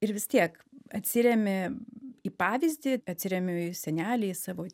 ir vis tiek atsiremi į pavyzdį atsiremiu į senelį į savo